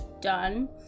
done